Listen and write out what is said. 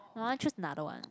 I want to choose another one